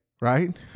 right